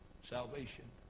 salvation